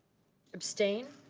abstained?